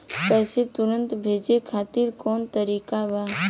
पैसे तुरंत भेजे खातिर कौन तरीका बा?